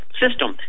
system